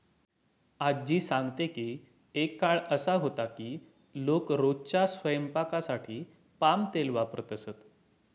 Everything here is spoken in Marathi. आज्जी सांगते की एक काळ असा होता की लोक रोजच्या स्वयंपाकासाठी पाम तेल वापरत असत